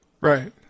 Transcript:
Right